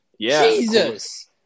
Jesus